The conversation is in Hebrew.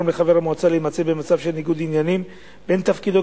לחבר המועצה להימצא במצב של ניגוד עניינים בין תפקידו